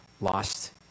lost